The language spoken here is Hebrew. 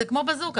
זה כמו בזוקה,